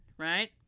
Right